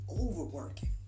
overworking